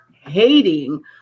hating